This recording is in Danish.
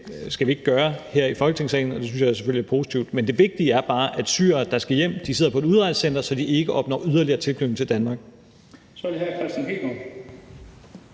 det skal vi ikke gøre her i Folketingssalen, og det synes jeg selvfølgelig er positivt. Men det vigtige er bare, at syrere, der skal hjem, sidder på et udrejsecenter, så de ikke opnår yderligere tilknytning til Danmark. Kl. 13:47 Den fg.